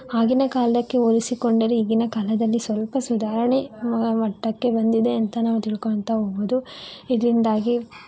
ಆಗಿನ ಕಾಲಕ್ಕೆ ಹೋಲಿಸಿಕೊಂಡರೆ ಈಗಿನ ಕಾಲದಲ್ಲಿ ಸ್ವಲ್ಪ ಸುಧಾರಣೆ ಮಟ್ಟಕ್ಕೆ ಬಂದಿದೆ ಅಂತ ನಾವು ತಿಳ್ಕೋತಾ ಹೋಗ್ಬೋದು ಇದರಿಂದಾಗಿ